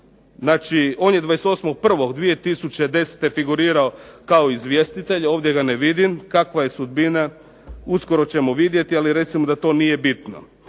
Znači on je 28. 1. 2010. figurirao kao izvjestitelj, ovdje ga ne vidim, kakva je sudbina uskoro ćemo vidjeti ali recimo da to nije bitno.